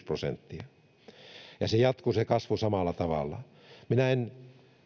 prosenttia ja se kasvu jatkui samalla tavalla minä en